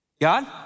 God